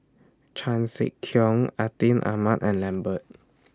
Chan Sek Keong Atin Amat and Lambert